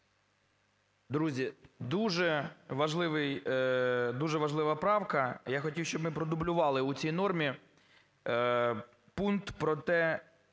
дуже важлива правка. Я хотів, щоб ми продублювали у цій нормі пункт про те,